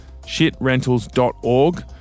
shitrentals.org